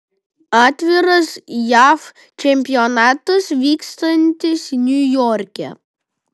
atviras jav čempionatas vykstantis niujorke